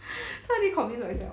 so I need convince myself